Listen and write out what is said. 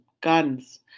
guns